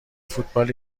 فوتبال